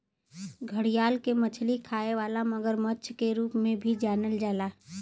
घड़ियाल के मछली खाए वाला मगरमच्छ के रूप में भी जानल जाला